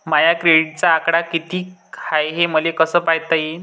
माया क्रेडिटचा आकडा कितीक हाय हे मले कस पायता येईन?